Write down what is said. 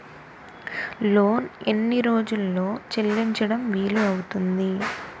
Loan ఎన్ని రోజుల్లో చెల్లించడం వీలు అవుతుంది?